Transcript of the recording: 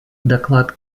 доклад